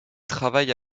travaille